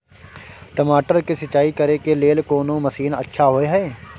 टमाटर के सिंचाई करे के लेल कोन मसीन अच्छा होय है